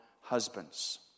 husbands